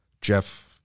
Jeff